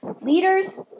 leaders